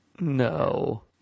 No